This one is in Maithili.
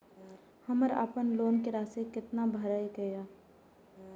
हमर अपन लोन के राशि कितना भराई के ये?